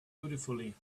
beautifully